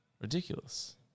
Ridiculous